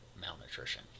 malnutrition